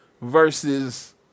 versus